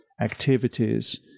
activities